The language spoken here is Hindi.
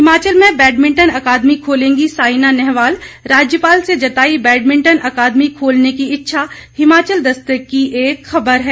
हिमाचल में बैडमिंटन अकादमी खोलेंगी साईना नेहवाल राज्यपाल से जताई बैडमिंटन अकादमी खोलने की इच्छा हिमाचल दस्तक की एक ख़बर है